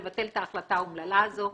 לבטל את ההחלטה האומללה הזאת,